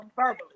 verbally